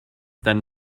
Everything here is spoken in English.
than